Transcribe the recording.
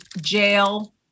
jail